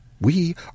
We